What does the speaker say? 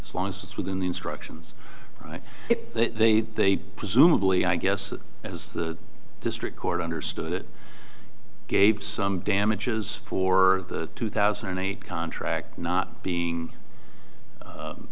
as long as it's within the instructions and if they did they presumably i guess as the district court understood it gave some damages for the two thousand and eight contract not being